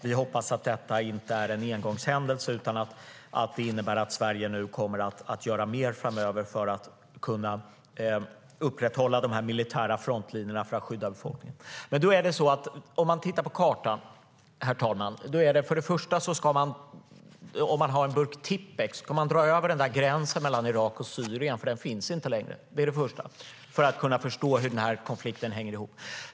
Vi hoppas att detta inte är en engångshändelse utan att det innebär att Sverige nu kommer att göra mer framöver för att upprätthålla de militära frontlinjerna och skydda befolkningen. Om man tittar på kartan, herr talman, och har en burk Tipp-Ex ska man sudda ut gränsen mellan Irak och Syrien. Den finns nämligen inte längre. Det är det första man ska göra för att kunna förstå hur konflikten hänger ihop.